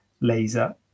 laser